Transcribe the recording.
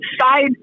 side